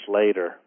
later